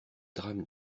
drames